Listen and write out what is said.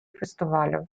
фестивалю